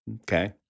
Okay